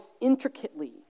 intricately